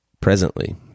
presently